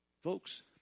Folks